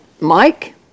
Mike